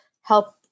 help